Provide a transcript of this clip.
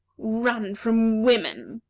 run from women!